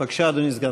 בבקשה, אדוני סגן